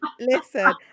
Listen